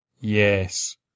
Yes